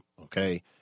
Okay